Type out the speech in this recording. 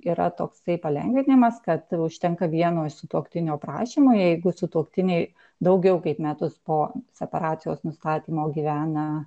yra toksai palengvinimas kad užtenka vieno sutuoktinio prašymo jeigu sutuoktiniai daugiau kaip metus po separacijos nustatymo gyvena